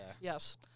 Yes